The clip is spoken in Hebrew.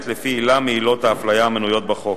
לפי עילה מעילות ההפליה המנויות בחוק,